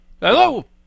Hello